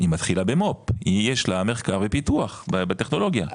היא מתחילה במו"פ יש לה מחקר ופיתוח בטכנולוגיה,